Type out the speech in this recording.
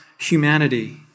Humanity